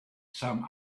some